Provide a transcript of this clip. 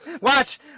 watch